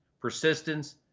persistence